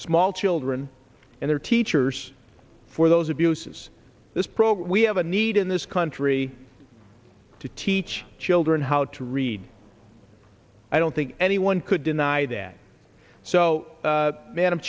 small children and their teachers for those abuses this program we have a need in this country to teach children how to read i don't think anyone could deny that so madam